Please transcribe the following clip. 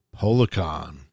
Policon